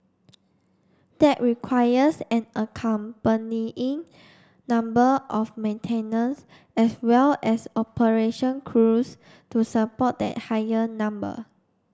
that requires an accompanying number of maintenance as well as operation crews to support that higher number